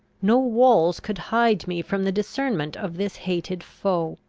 no walls could hide me from the discernment of this hated foe.